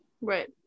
Right